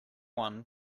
one